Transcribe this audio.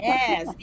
Yes